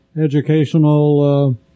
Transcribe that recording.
educational